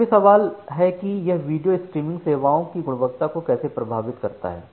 अब सवाल यह है कि यह वीडियो स्ट्रीमिंग सेवाओं की गुणवत्ता को कैसे प्रभावित करता है